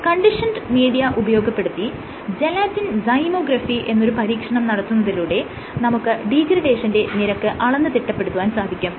conditioned media ഉപയോഗപ്പെടുത്തി gelatin zymography എന്നൊരു പരീക്ഷണം നടത്തുന്നതിലൂടെ നമുക്ക് ഡീഗ്രഡേഷന്റെ നിരക്ക് അളന്ന് തിട്ടപ്പെടുത്താൻ സാധിക്കും